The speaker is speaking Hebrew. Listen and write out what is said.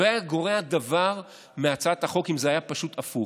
לא היה גורע דבר מהצעת החוק אם זה היה פשוט הפוך.